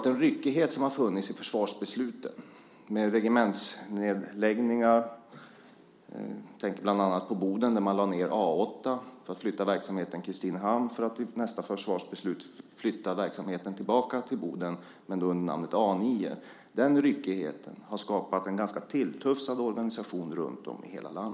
Den ryckighet som har funnits i försvarsbesluten med regementsnedläggningar har skapat en ganska tilltufsad organisation runtom i hela landet. Jag tänker bland annat på Boden där man lade ned A 8 för att flytta verksamheten till Kristinehamn för att vid nästa försvarsbeslut flytta verksamheten tillbaka till Boden men då under namnet A 9.